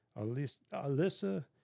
Alyssa